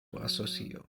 asocio